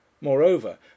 Moreover